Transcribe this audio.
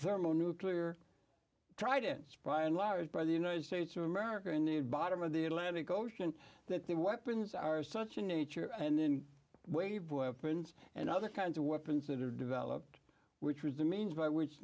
thermonuclear try to inspire liars by the united states of america and need bottom of the atlantic ocean that the weapons are such in nature and in wave weapons and other kinds of weapons that are developed which was the means by which